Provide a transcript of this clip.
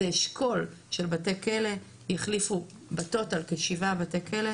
זה אשכול של בתי כלא שיחליפו ב-7 בתי כלא.